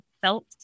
felt